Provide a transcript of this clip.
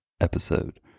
episode